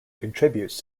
contributes